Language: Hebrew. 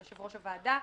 יושב-ראש הוועדה.